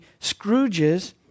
Scrooges